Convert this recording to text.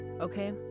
okay